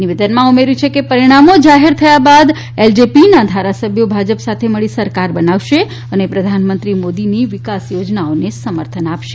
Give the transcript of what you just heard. નિવેદનમાં ઉમેર્થુ છે કે પરીણામો જાહેર થયા બાદ એલજેપીના ધારાસભ્યો ભાજપ સાથે મળી સરકાર બનાવશે અને પ્રધાનમંત્રી મોદીની વિકાસ યોજનાઓને સમર્થન અપાશે